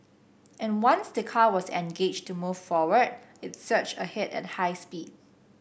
and once the car was engaged to move forward it surged ahead at high speed